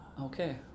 Okay